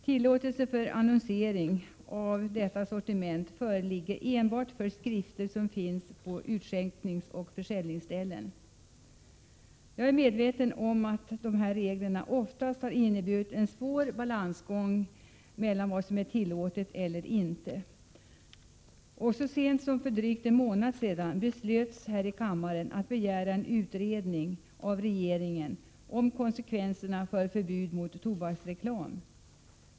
Tillåtelse till annonsering för detta sortiment föreligger enbart för skrifter som finns på utskänkningsoch försäljningsställen. Jag är medveten om att dessa regler oftast har inneburit en svår balansgång mellan vad som är tillåtet och vad som inte är tillåtet. Så sent som för drygt en månad sedan beslöts här i kammaren att riksdagen av regeringen skulle begära en utredning om konsekvenserna av förbud mot tobaksreklam.